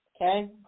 Okay